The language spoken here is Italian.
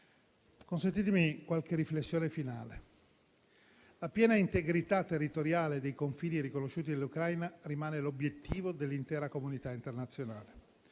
Consentitemi alcune riflessioni finali. La piena integrità territoriale dei confini riconosciuti dell'Ucraina rimane l'obiettivo dell'intera comunità internazionale.